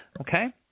Okay